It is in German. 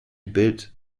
bild